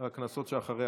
והכנסות שאחריה.